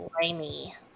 slimy